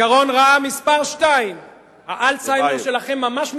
זיכרון רע מספר שתיים, האלצהיימר שלכם ממש מתקדם,